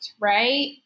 right